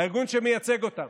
הארגון שמייצג אותם.